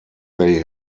they